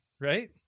Right